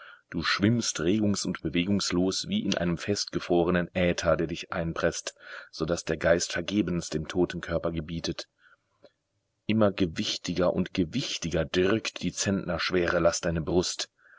du schwimmst regungs und bewegungslos wie in einem festgefrorenen äther der dich einpreßt so daß der geist vergebens dem toten körper gebietet immer gewichtiger und gewichtiger drückt die zentnerschwere last deine brust